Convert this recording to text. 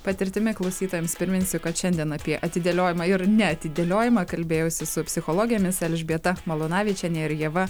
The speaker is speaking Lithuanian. patirtimi klausytojams priminsiu kad šiandien apie atidėliojimą ir neatidėliojimą kalbėjausi su psichologėmis elžbieta malūnavičienė ir ieva